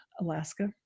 Alaska